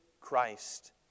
Christ